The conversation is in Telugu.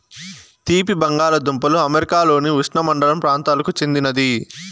తీపి బంగాలదుంపలు అమెరికాలోని ఉష్ణమండల ప్రాంతాలకు చెందినది